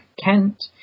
Kent